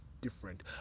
different